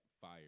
fire